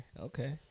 Okay